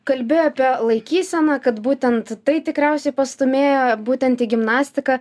kalbi apie laikyseną kad būtent tai tikriausiai pastūmėjo būtent į gimnastiką